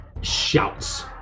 shouts